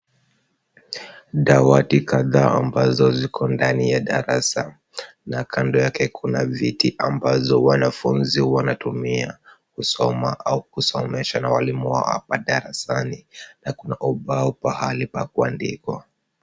Dawati kadhaa ambazo ziko ndani ya darasa na kando yake kuna viti ambazo wanafunzi wanatumia kusoma au kusomeshwa na walimu wao madarasani na kuna ubao mahali pa kuandikwa.